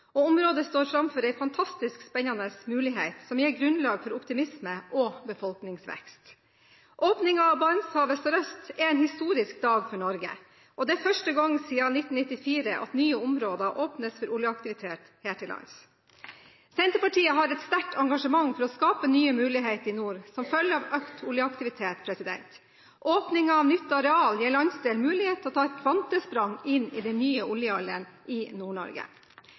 Øst-Finnmark. Området står foran fantastisk spennende muligheter, som gir grunnlag for optimisme og befolkningsvekst. Åpningen av Barentshavet sørøst er en historisk dag for Norge. Det er første gang siden 1994 at nye områder åpnes for oljeaktivitet her til lands. Senterpartiet har et sterkt engasjement for å skape nye muligheter i nord, som følge av økt oljeaktivitet. Åpningen av nytt areal gir landsdelen mulighet til å ta et kvantesprang inn i den nye oljealderen i